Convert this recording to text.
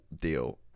deal